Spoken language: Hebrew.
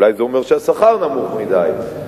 אולי זה אומר שהשכר נמוך מדי.